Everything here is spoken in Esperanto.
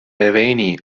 reveni